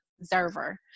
observer